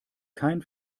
kein